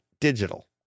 digital